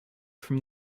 from